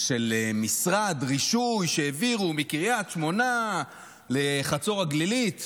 של משרד רישוי שהעבירו מקריית שמונה לחצור הגלילית